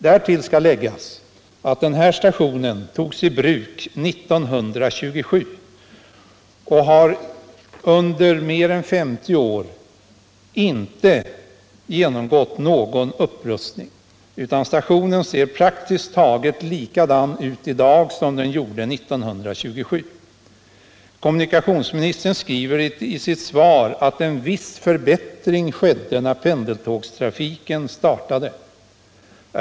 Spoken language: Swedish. Därtill skall läggas att stationen togs i bruk 1927 och att den under mer än 50 år inte genomgått någon upprustning utan praktiskt taget ser likadan ut i dag som den gjorde 1927. Kommunikationsministern säger i sitt svar att ”en viss förbättring” skedde när pendeltågstrafiken startade. Vilken förbättring?